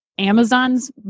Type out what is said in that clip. Amazon's